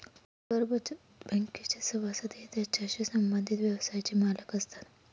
परस्पर बचत बँकेचे सभासद हे त्याच्याशी संबंधित व्यवसायाचे मालक असतात